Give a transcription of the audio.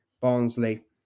Barnsley